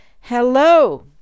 Hello